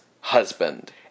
husband